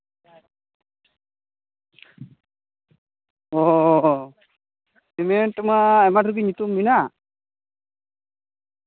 ᱚᱸᱻ ᱥᱤᱢᱮᱱᱴ ᱢᱟ ᱟᱭᱢᱟ ᱰᱷᱮᱨ ᱜᱮ ᱧᱩᱛᱩᱢ ᱢᱮᱱᱟᱜ